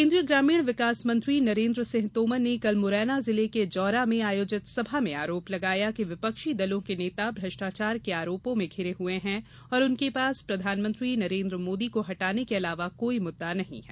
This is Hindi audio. केन्द्रीय ग्रामीण विकास मंत्री नरेन्द्र सिंह तोमर ने कल मुरैना जिले के जौरा में आयोजित सभा में आरोप लगाया कि विपक्षी दलों के नेता भ्रष्ट्राचार के आरोपों में घिरे हुए हैं और उनके पास प्रधानमंत्री नरेन्द्र मोदी को हटाने के अलावा कोई मुद्दा नहीं है